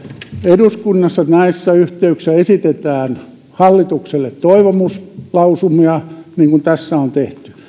eduskunnassa näissä yhteyksissä esitetään hallitukselle toivomuslausumia niin kuin tässä on tehty